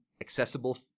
accessible